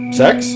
sex